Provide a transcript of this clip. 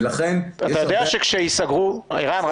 ערן,